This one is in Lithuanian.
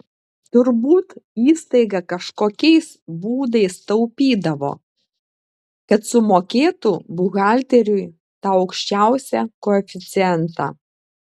turbūt įstaiga kažkokiais būdais taupydavo kad sumokėtų buhalteriui tą aukščiausią koeficientą